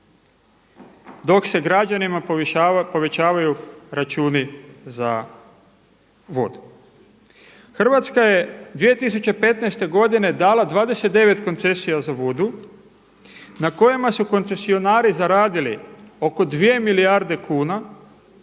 dok se građanima povećavaju računi za vodu. Hrvatske je 2015. godine dala 29 koncesija za vodu na kojima su koncesionari zaradili oko 2 milijarde kuna,